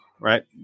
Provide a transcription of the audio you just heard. right